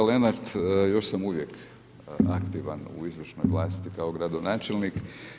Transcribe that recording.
Kolega Lenart, još sam uvijek aktivan u izvršnoj vlasti kao gradonačelnik.